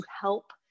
help